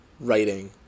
writing